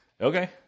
Okay